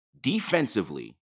defensively